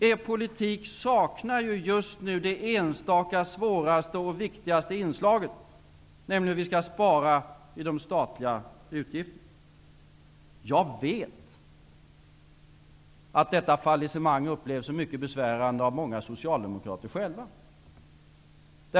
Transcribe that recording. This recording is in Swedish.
Er politik saknar just nu det svåraste och viktigaste inslaget, nämligen hur vi skall spara på de statliga utgifterna. Jag vet att detta fallissemang upplevs som mycket besvärande av många socialdemokrater själva.